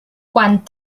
quan